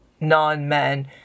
non-men